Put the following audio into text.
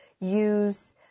use